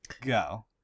go